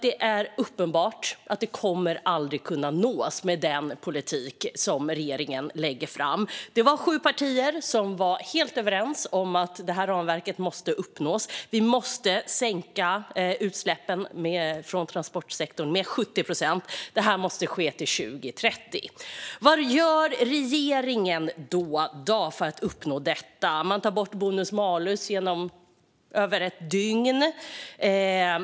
Det är uppenbart att målet i det aldrig kommer att kunna nås med den politik som regeringen lägger fram. Sju partier var helt överens om att målen i detta ramverk måste uppnås. Vi måste sänka utsläppen från transportsektorn med 70 procent, och det måste ske senast 2030. Vad gör då regeringen för att uppnå detta? Man tar bort bonus malus över ett dygn.